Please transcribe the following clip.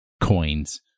coins